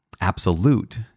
absolute